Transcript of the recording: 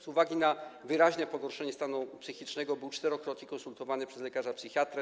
Z uwagi na wyraźne pogorszenie stanu psychicznego był czterokrotnie konsultowany przez lekarza psychiatrę.